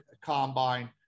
combine